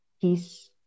peace